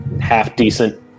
half-decent